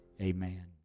Amen